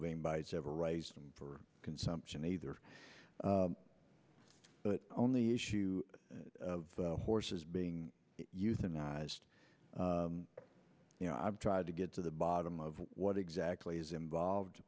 being bites ever raised for consumption either but only issue of horses being euthanized you know i've tried to get to the bottom of what exactly is involved